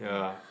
ya